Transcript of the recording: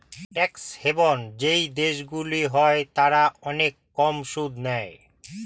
tax haven যেই দেশগুলো হয় তারা অনেক কম সুদ নেয়